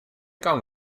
come